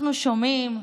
אנחנו שומעים,